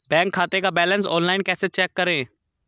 Bank खाते का balance online कैसे चेक करें?